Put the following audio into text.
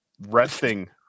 resting